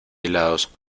helados